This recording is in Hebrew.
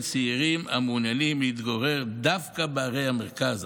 הצעירים המעוניינים להתגורר דווקא בערי המרכז.